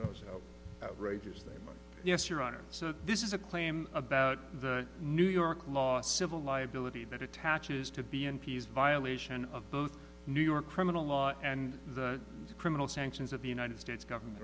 trageously yes your honor so this is a claim about the new york law civil liability that attaches to be n p s violation of both new york criminal law and the criminal sanctions of the united states government